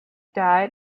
died